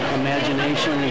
imagination